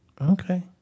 Okay